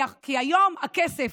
כי היום הכסף